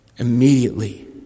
Immediately